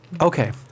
Okay